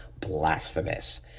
Blasphemous